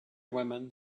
women